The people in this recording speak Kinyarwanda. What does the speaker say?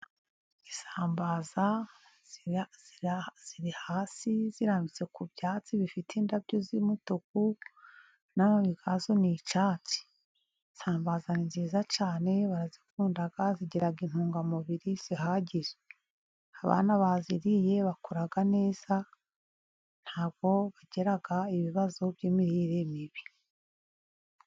Isambaza ziri hasi zirambitse ku byatsi, bifite indabyo z'umutuku, n'amababi yazo n'icyatsi. Isambaza nziza cyane, barazikunda zigira intungamubiri zihagije, abana baziriye bakura neza ntabwo bagira ibibazo by'imirire mibi.